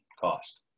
cost